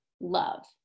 love